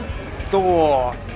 Thor